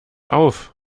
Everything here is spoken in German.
auf